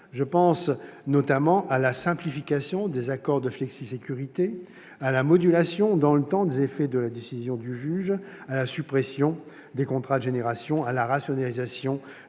Je pense notamment à la simplification des accords de flexisécurité, à la modulation dans le temps des effets des décisions du juge, à la suppression des contrats de génération, à la rationalisation des institutions